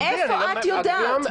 מאיפה את יודעת?